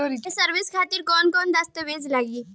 ये सर्विस खातिर कौन कौन दस्तावेज लगी?